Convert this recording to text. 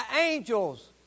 angels